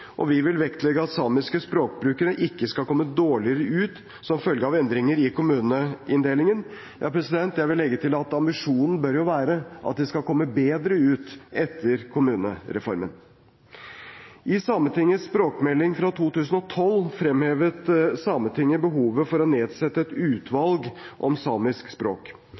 og vi vil vektlegge at samiske språkbrukere ikke skal komme dårligere ut som følge av endringer i kommuneinndelingen. Jeg vil legge til at ambisjonen bør jo være at de skal komme bedre ut etter kommunereformen. I Sametingets språkmelding fra 2012 fremhevet Sametinget behovet for å nedsette et utvalg om samiske språk.